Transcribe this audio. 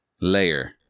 layer